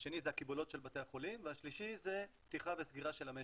השני קיבולות בתי החולים והשלישי פתיחה וסגירה של המשק.